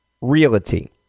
Realty